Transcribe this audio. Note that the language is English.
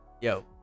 Yo